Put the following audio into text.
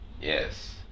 yes